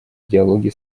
диалоге